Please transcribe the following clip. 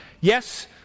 yes